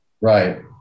Right